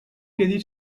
quede